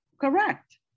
correct